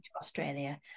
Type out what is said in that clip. australia